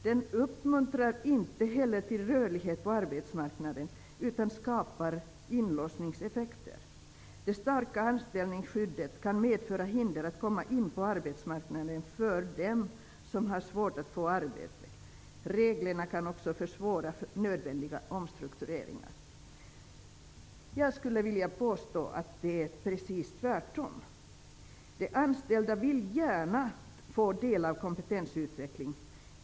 Den uppmuntrar inte heller till rörlighet på arbetsmarknaden utan skapar inlåsningseffekter. Det starka anställningsskyddet kan medföra hinder att komma in på arbetsmarknaden för dem som har svårt att få arbete. Reglerna kan också försvåra nödvändiga omstruktureringar.'' Jag påstår att det är precis tvärtom. De anställda vill gärna få del av kompetensutveckling.